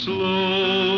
Slow